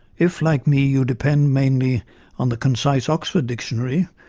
if, like me, you depend mainly on the concise oxford dictionary,